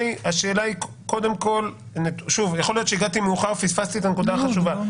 יכול להיות שהגעתי מאוחר ופספסתי את הנקודה החשובה,